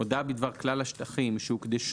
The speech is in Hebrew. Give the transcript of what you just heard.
הודעה בדבר כלל השטחים שהוקדשו